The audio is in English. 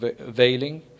veiling